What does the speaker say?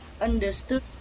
understood